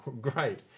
great